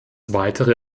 weitere